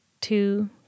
two